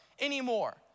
anymore